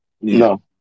No